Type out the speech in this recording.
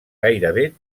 gairebé